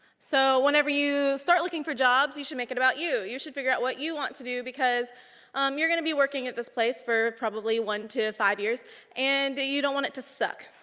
so whenever you start looking for jobs, you should make it about you. you should figure out what you want to do because you're gonna be working at this place for probably one to five years and you don't want it to suck.